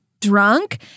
drunk